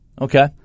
Okay